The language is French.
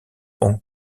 hong